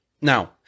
Now